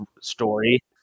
story